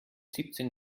siebzehn